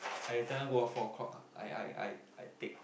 I every time go out four o-clock ah I I I tick